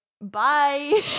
Bye